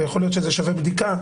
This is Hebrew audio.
ויכול להיות שזה שווה בדיקה,